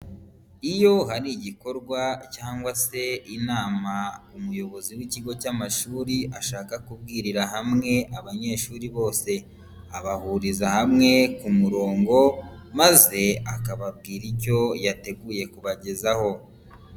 Iyo hari igikorwa cyangwa se inama umuyobozi w'ikigo cy'amashuri ashaka kubwirira hamwe abanyeshuri bose, abahuriza hamwe ku murongo maze akababwira icyo yateguye kubagezaho.